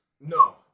No